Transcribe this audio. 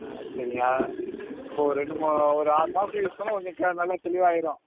ஆ சரிங்க அப்போ ஒரு ரெண்டு மூணு ஒரு ஆறு மாசத்துக்கு யூஸ் பண்ணால் கொஞ்சம் க நல்லா தெளிவாயிரும்